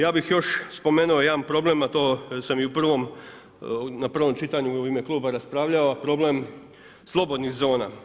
Ja bih još spomenuo jedan problem a to sad i na prvom čitanju u ime kluba raspravljao, problem slobodnih zona.